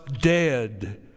dead